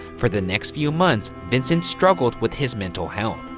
for the next few months, vincent struggled with his mental health,